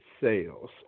sales